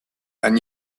and